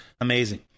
Amazing